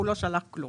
הוא לא שלח כלום.